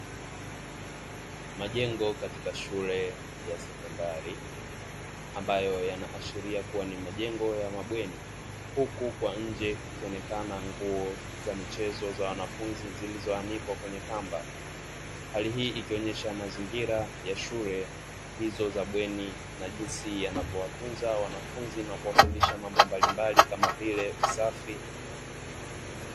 Majengo katika shule ya sekondari ambayo yanaashiria kuwa ni majengo ya mabweni huku kwa nje kukionekana nguo za michezo za wanafunzi zilizoanikwa kwenye kamba, hali hii ikionyesha mazingira ya shule hizo za bweni na jinsi yanavyowatunza wanafunzi na kuwafundisha mambo mbalimbali kama vile; usafi.